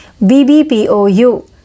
BBPOU